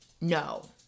No